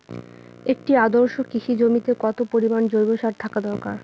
একটি আদর্শ কৃষি জমিতে কত পরিমাণ জৈব সার থাকা দরকার?